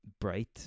bright